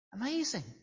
Amazing